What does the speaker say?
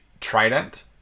Trident